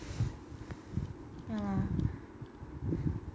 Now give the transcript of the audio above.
ya lah